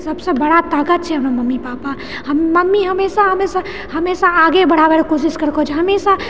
सबसे बड़ा ताकत छै हमर मम्मी पापा मम्मी हमेशा हमेशा आगे बढ़ाबएके कोशिश करलको हमेशा